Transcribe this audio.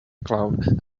clown